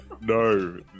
No